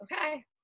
okay